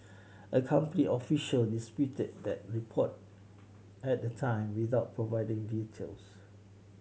a company official disputed that report at the time without providing details